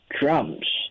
drums